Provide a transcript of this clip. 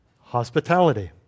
hospitality